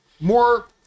more